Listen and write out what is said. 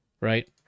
Right